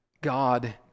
God